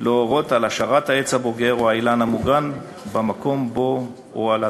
להורות על השארת העץ הבוגר או האילן המוגן במקום או על העתקתו,